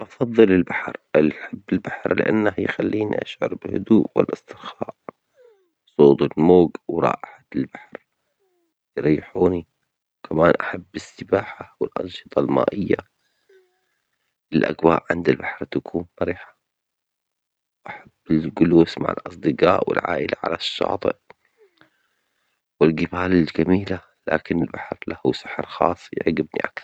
أفظل البحر، أحب البحر لأنه يخليني أشعر بالهدوء والاسترخاء، صوت الموج ورائحة البحر يريحوني، كمان أحب السباحة والأنشطة المائية، الأجواء عند البحر تكون مرحة أحب الجلوس مع الأصدجاء والعائلة على الشاطئ، والجبال جميلة لكن البحر له سحر خاص يعجبني أكثر.